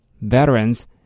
veterans